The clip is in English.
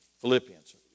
Philippians